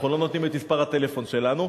אנחנו לא נותנים את מספר הטלפון שלנו,